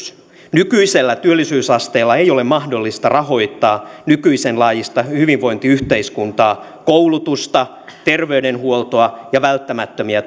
nykyisellä työllisyysasteella ei ole mahdollista rahoittaa nykyisen laajuista hyvinvointiyhteiskuntaa koulutusta terveydenhuoltoa ja välttämättömiä